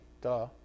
duh